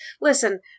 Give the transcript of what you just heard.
Listen